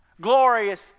glorious